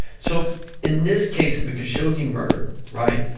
so in this case of the khashoggi murder, right,